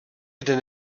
kde